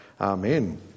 Amen